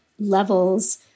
levels